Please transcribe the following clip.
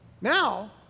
now